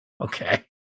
Okay